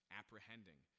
apprehending